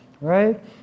right